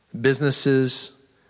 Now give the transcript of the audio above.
businesses